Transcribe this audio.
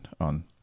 on